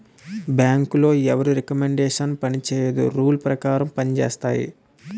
బ్యాంకులో ఎవరి రికమండేషన్ పనిచేయదు రూల్ పేకారం పంజేత్తాయి